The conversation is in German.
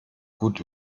gut